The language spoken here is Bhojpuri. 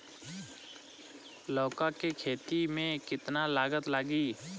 लौका के खेती में केतना लागत लागी?